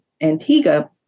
Antigua